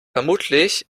vermutlich